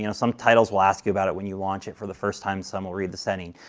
you know some titles will ask you about it when you launch it for the first time, some will read the setting.